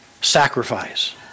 sacrifice